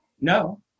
No